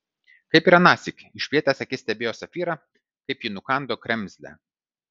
kaip ir anąsyk išplėtęs akis stebėjo safyrą kaip ji nukando kremzlę